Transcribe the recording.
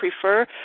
prefer